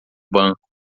banco